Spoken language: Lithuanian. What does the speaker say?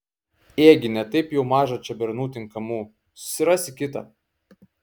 ėgi ne taip jau maža čia bernų tinkamų susirasi kitą